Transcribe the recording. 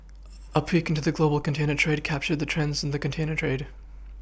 a peek into the global container trade captured the trends in the container trade